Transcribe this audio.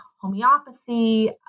homeopathy